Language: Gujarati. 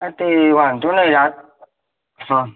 હા તે વાંધો નહીં આ હં